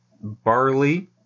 Barley